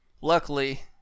luckily